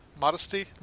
Modesty